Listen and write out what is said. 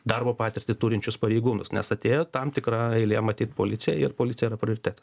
darbo patirtį turinčius pareigūnus nes atėjo tam tikra eilė matyt policijai ir policija yra prioritetas